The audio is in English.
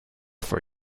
for